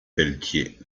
pelletier